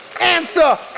answer